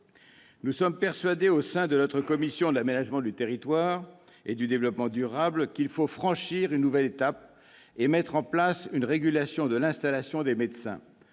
Nous sommes persuadés, au sein de notre commission de l'aménagement du territoire et du développement durable, qu'il faut franchir une nouvelle étape et mettre en place une régulation de l'installation des médecins,